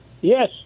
Yes